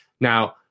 Now